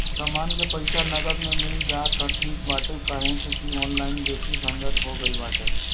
समान के पईसा नगद में मिल जाई त ठीक बाटे काहे से की ऑनलाइन बेसी झंझट हो गईल बाटे